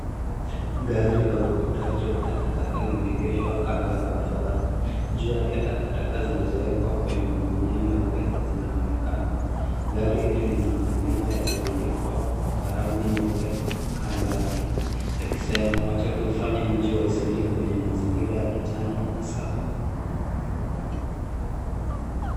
Gari la uokotaji wa takataka limeegeshwa kando ya barabara. Juu yake takataka zilizowekwa kwenye magunia meupe zinaonekana. Gari hili lina maneno yaliyoandikwa kwa rangi nyeupe kando yake, yakisema wacha tu ufanye mji wa Eastleigh wenye mazingira ya kijani na safi.